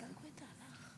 גברתי היושבת-ראש,